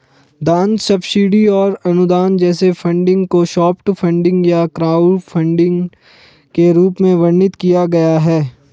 दान सब्सिडी और अनुदान जैसे फंडिंग को सॉफ्ट फंडिंग या क्राउडफंडिंग के रूप में वर्णित किया गया है